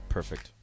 Perfect